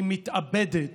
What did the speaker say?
היא מתאבדת